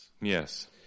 Yes